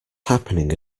happening